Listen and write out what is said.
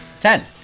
ten